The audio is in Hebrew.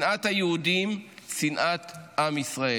שנאת היהודים, שנאת עם ישראל.